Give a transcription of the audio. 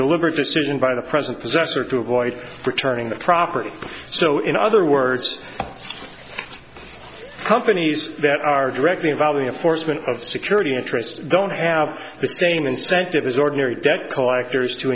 deliberate decision by the present possessor to avoid returning the property so in other words companies that are directly involved in a foresman of security interests don't have the same incentive as ordinary debt collectors to